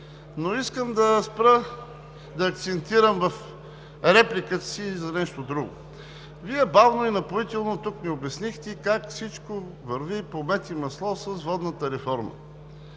си покаже. Искам да акцентирам в репликата си за нещо друго. Вие бавно и напоително тук ни обяснихте как всичко върви по мед и масло с водната реформа.